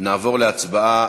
נעבור להצבעה.